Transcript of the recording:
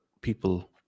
people